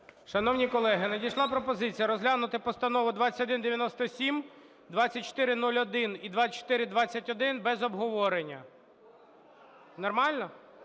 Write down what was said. Шановні колеги, надійшла пропозиція розглянути постанови 2197, 2401 і 2421 без обговорення. Нормально?